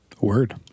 Word